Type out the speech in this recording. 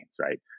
right